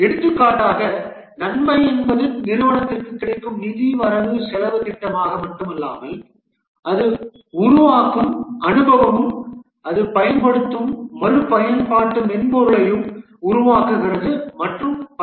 எடுத்துக்காட்டாக நன்மை என்பது நிறுவனத்திற்கு கிடைக்கும் நிதி வரவு செலவுத் திட்டமாக மட்டுமல்லாமல் அது உருவாக்கும் அனுபவமும் அது பயன்படுத்தும் மறுபயன்பாட்டு மென்பொருளை உருவாக்குகிறது மற்றும் பல